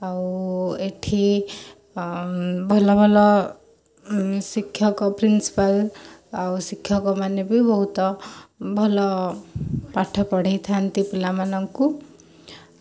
ଆଉ ଏଠି ଭଲ ଭଲ ଶିକ୍ଷକ ପ୍ରିନ୍ସପାଲ୍ ଆଉ ଶିକ୍ଷକ ମାନେ ବି ବହୁତ ଭଲ ପାଠ ପଢ଼େଇଥାନ୍ତି ପିଲା ମାନଙ୍କୁ